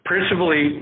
Principally